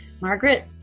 Margaret